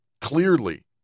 clearly